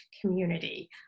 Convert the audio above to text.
community